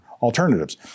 alternatives